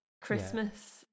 christmas